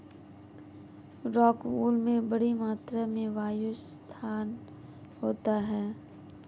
rockwool में बड़ी मात्रा में वायु स्थान होता है